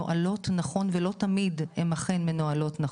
יש פה אחד מהם.